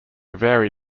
vary